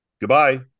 goodbye